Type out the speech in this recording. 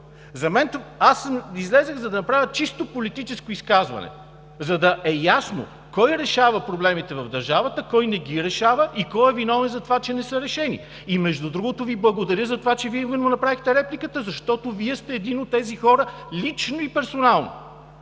го спестя. Аз излязох, за да направя чисто политическо изказване, за да е ясно кой решава проблемите в държавата, кой не ги решава и кой е виновен за това, че не са решени. И между другото Ви благодаря за това, че Вие именно направихте репликата, защото Вие сте един от тези хора – лично и персонално,